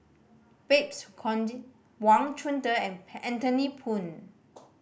Babes Conde Wang Chunde and Anthony Poon